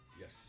Yes